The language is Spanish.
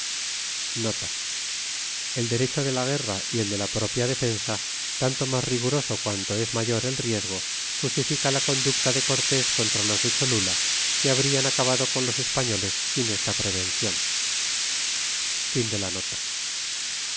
el derecho de la guerra y el de la propia defensa tanto mas riguroso cuanto es mayor el riesgo justifica la conducta de cortés contra los de cholula que habrian acabado con los espaiioles sin esta prevencion